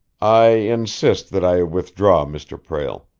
i insist that i withdraw, mr. prale.